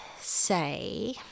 say